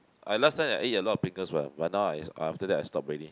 I last time eat a lot of Pringles what but now I after that I stopped already